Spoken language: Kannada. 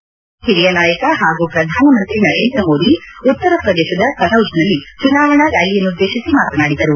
ವಿಜೆಪಿ ಹಿರಿಯ ನಾಯಕ ಹಾಗೂ ಪ್ರಧಾನಮಂತ್ರಿ ನರೇಂದ್ರಮೋದಿ ಉತ್ತರ ಪ್ರದೇಶದ ಕನೌಜ್ನಲ್ಲಿ ಚುನಾವಣಾ ರ್ನಾಲಿಯನ್ನು ಉದ್ದೇಶಿಸಿ ಮಾತನಾಡಿದರು